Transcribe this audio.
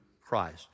Christ